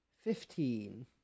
Fifteen